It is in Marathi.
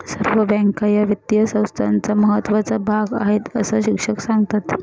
सर्व बँका या वित्तीय संस्थांचा महत्त्वाचा भाग आहेत, अस शिक्षक सांगतात